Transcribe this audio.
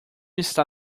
está